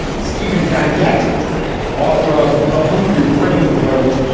stephen guy net author of the hungry brain wrote.